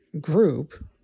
group